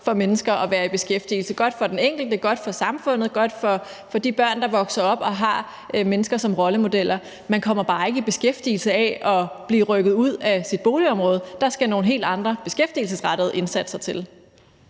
for mennesker at være i beskæftigelse – godt for den enkelte, godt for samfundet, godt for de børn, der vokser op og har mennesker som rollemodeller. Man kommer bare ikke i beskæftigelse af at blive rykket ud af sit boligområde. Der skal nogle helt andre, beskæftigelsesrettede indsatser til.